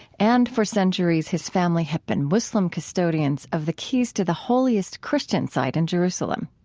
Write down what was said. and for centuries his family have been muslim custodians of the keys to the holiest christian site in jerusalem.